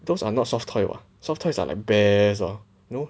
those are not soft toy [what] soft toys are like bears all no